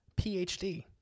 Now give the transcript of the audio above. PhD